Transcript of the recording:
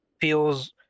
feels